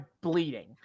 bleeding